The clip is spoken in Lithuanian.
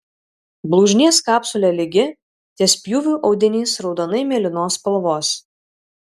blužnies kapsulė lygi ties pjūviu audinys raudonai mėlynos spalvos